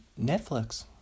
Netflix